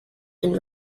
and